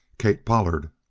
kate pollard.